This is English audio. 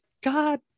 God